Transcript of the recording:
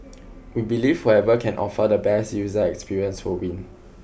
we believe whoever can offer the best user experience will win